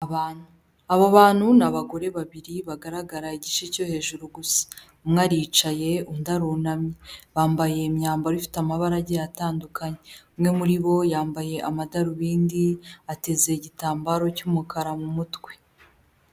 Aba bantu ni abagore babiri bagaragara igice cyo hejuru gusa, umwe aricaye undi arunamye, bambaye imyambaro ifite amabarage atandukanye umwe muri bo yambaye amadarubindi, ateze igitambaro cy'umukara mu mutwe.